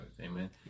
Amen